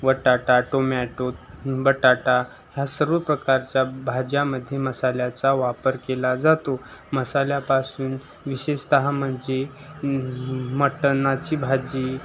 बटाटा टोमॅटो बटाटा ह्या सर्व प्रकारच्या भाज्यामध्ये मसाल्याचा वापर केला जातो मसाल्यापासून विशेषतः म्हणजे मटनाची भाजी